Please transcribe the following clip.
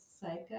Psycho